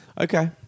Okay